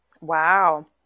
Wow